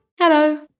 Hello